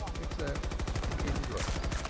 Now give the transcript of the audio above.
except in dress.